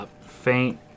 faint